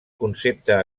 concepte